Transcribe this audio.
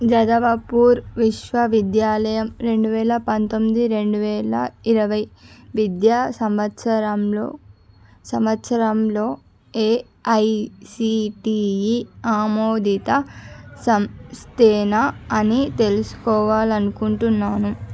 జాదవపూర్ విశ్వవిద్యాలయం రెండు వేల పంతొమ్మిది రెండు వేల ఇరవై విద్యా సంవత్సరంలో సంవత్సరంలో ఏఐసిటిఈ ఆమోదిత సంస్థేనా అని తెలుసుకోవాలనుకుంటున్నాను